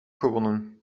gewonnen